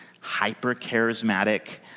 hyper-charismatic